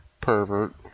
pervert